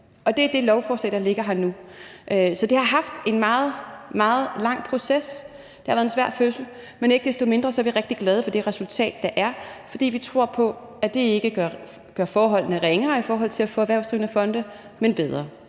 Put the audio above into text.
Og det er det lovforslag, der ligger her nu. Så det har været en meget, meget lang proces, det har været en svær fødsel, men ikke desto mindre er vi rigtig glade for det resultat, der foreligger, fordi vi tror på, at det ikke gør forholdene ringere i forhold til at få erhvervsdrivende fonde, men bedre,